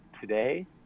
today